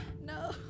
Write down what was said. No